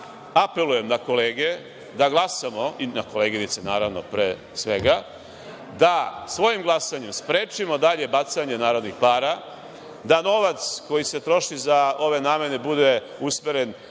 apelujem na kolege da glasamo, i na koleginice, naravno, pre svega, da svojim glasanjem sprečimo dalje bacanje para, da novac koji se troši za ove namene bude usmeren